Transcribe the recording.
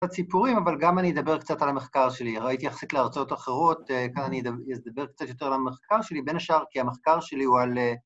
‫קצת סיפורים, אבל גם אני אדבר ‫קצת על המחקר שלי. ‫ראיתי יחסית לארצות אחרות, ‫כאן אני אדבר קצת יותר ‫על המחקר שלי, ‫בין השאר כי המחקר שלי הוא על...